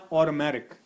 automatic